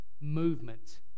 movement